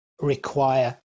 require